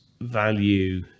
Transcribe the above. value